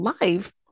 life